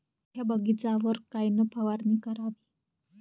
मोठ्या बगीचावर कायन फवारनी करावी?